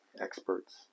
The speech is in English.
experts